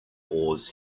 oars